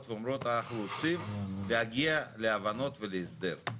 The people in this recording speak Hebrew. ואומרות אנחנו רוצים להגיע להבנות ולהסדר.